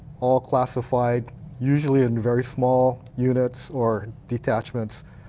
all classified usually in very small units, or detachments,